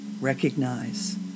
Recognize